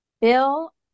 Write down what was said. Bill